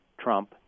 Trump